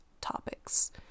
topics